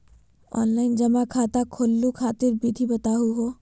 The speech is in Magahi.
ऑनलाइन जमा खाता खोलहु खातिर विधि बताहु हो?